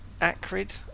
acrid